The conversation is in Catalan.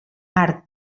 arc